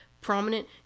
prominent